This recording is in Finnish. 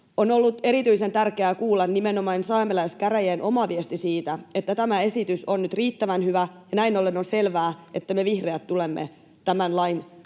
On ollut erityisen tärkeää kuulla nimenomaan saamelaiskäräjien oma viesti siitä, että tämä esitys on nyt riittävän hyvä, ja näin ollen on selvää, että me vihreät tulemme tämän lain saattamista